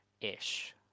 ish